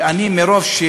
ואני מראש,